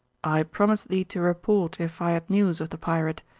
i promised thee to report if i had news of the pirate.